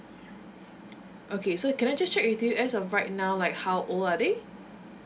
okay so can I just check with you as of right now like how old are they